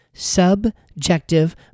subjective